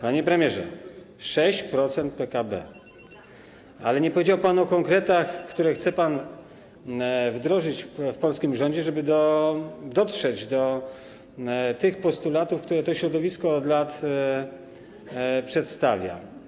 Panie Premierze! 6% PKB, ale nie powiedział pan o konkretach, o tym, co chce pan wdrożyć w ramach polskiego rządu, żeby dotrzeć do tych postulatów, które to środowisko od lat przedstawia.